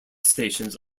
stations